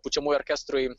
pučiamųjų orkestrui